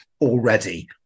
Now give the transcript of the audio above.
already